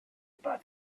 about